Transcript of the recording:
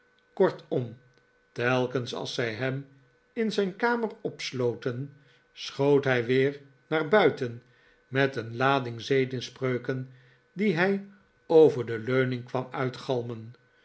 kortom telkens als zij hem in zijn kamer opsloten schoot hij weer naar buiten met een lading zedenspreuken die hij over de leuning kwam uitgalmen